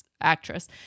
actress